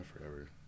forever